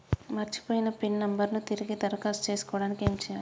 మర్చిపోయిన pin number ను తిరిగి దరఖాస్తు చేసుకోవడానికి ఏమి చేయాలే?